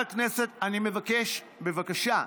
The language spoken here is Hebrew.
אני מבקש, בבקשה,